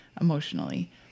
emotionally